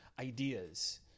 ideas